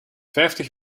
vijftig